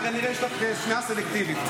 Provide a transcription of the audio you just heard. כנראה יש לך שמיעה סלקטיבית.